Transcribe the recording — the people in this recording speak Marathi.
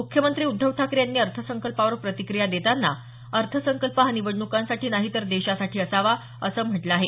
मुख्यमंत्री उद्धव ठाकरे यांनी अर्थसंकल्पावर प्रतिक्रिया देताना अर्थसंकल्प हा निवडणुकांसाठी नाही तर देशासाठी असावा असं म्हटलं आहे